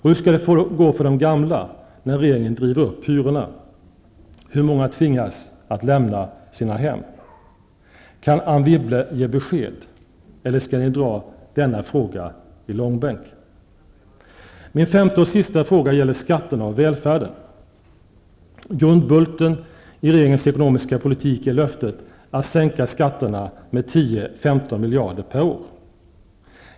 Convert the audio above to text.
Hur skall det gå för de gamla, när regeringen driver upp hyrorna? Hur många kommer att tvingas att lämna sina hem? Kan Anne Wibble ge besked? Eller skall ni dra även denna fråga i långbänk? Min femte och sista fråga gäller skatterna och välfärden. Grundbulten i regeringens ekonomiska politik är löftet att sänka skatterna med 10--15 miljarder kronor per år.